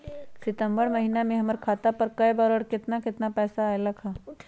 सितम्बर महीना में हमर खाता पर कय बार बार और केतना केतना पैसा अयलक ह?